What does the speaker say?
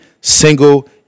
single